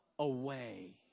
away